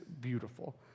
beautiful